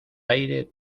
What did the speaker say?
aire